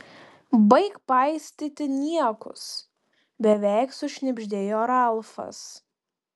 baik paistyti niekus beveik sušnibždėjo ralfas